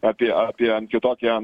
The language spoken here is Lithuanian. apie apie kitokią